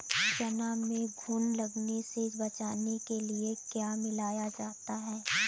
चना में घुन लगने से बचाने के लिए क्या मिलाया जाता है?